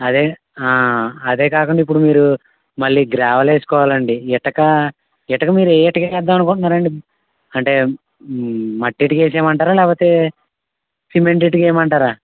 అదే అదే కాకుండా ఇప్పుడు మీరు మళ్లీ గ్రావెల్ వేసుకోవాలండి ఇటకా ఇటుక మీరు ఏ ఇటక వేద్దామనుకుంటున్నారండి అంటే మట్టి ఇటుక వేసేయమంటారా లేకపోతే సిమెంట్ ఇటుక ఏయమంటారా